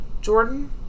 Jordan